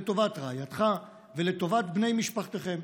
לטובת רעייתך ולטובת בני משפחתכם.